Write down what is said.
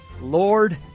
Lord